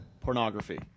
pornography